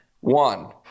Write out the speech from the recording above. one